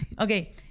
okay